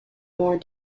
more